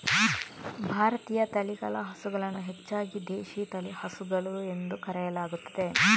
ಭಾರತೀಯ ತಳಿಗಳ ಹಸುಗಳನ್ನು ಹೆಚ್ಚಾಗಿ ದೇಶಿ ಹಸುಗಳು ಎಂದು ಕರೆಯಲಾಗುತ್ತದೆ